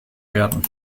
werden